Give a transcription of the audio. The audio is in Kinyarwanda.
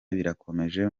birakomeje